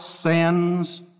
sins